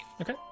Okay